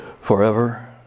forever